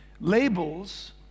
Labels